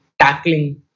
tackling